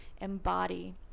embody